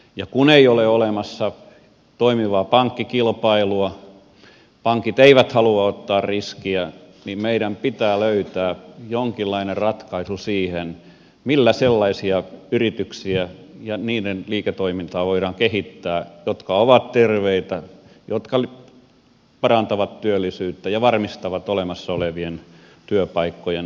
ja kun ei ole olemassa toimivaa pankkikilpailua pankit eivät halua ottaa riskiä niin meidän pitää löytää jonkinlainen ratkaisu siihen millä sellaisia yrityksiä ja niiden liiketoimintaa voidaan kehittää jotka ovat terveitä jotka parantavat työllisyyttä ja varmistavat olemassa olevien työpaikkojen tulevaisuuden